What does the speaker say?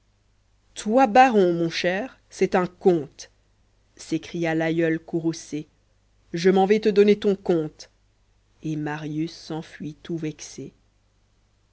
toi baron mon cher c'est un conte s'écria l'aïeul courroucé je m'en vais te donner ton compte et marius s'enfuit tout vexé